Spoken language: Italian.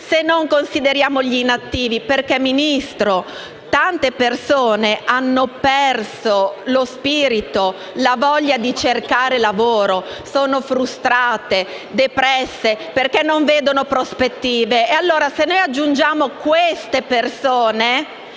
se non consideriamo gli inattivi perché, Ministro, tante persone hanno perso lo spirito e la voglia di cercare lavoro, sono frustrate e depresse perché non vedono prospettive. Allora, se noi aggiungiamo queste persone